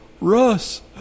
Russ